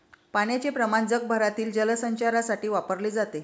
पाण्याचे प्रमाण जगभरातील जलचरांसाठी वापरले जाते